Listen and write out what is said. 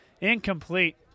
incomplete